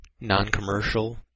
non-commercial